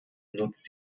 nutzt